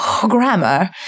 grammar